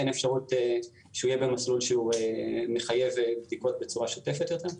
אין אפשרות שהוא יהיה במסלול שמחייב בדיקות בצורה שוטפת יותר?